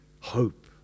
hope